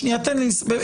שנייה, תן לי לסיים.